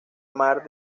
mar